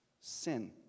sin